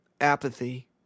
apathy